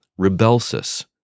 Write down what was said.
Rebelsis